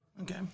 Okay